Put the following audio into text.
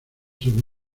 sobre